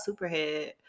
Superhead